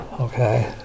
okay